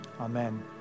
amen